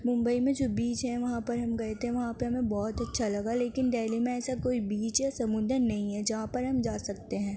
ممبئی میں جو بیچ ہے وہاں پر ہم گئے تھے وہاں پہ ہمیں بہت اچھا لگا لیکن دہلی میں ایسا کوئی بیچ یا سمندر نہیں ہے جہاں پر ہم جا سکتے ہیں